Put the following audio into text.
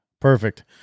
Perfect